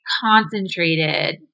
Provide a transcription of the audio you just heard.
concentrated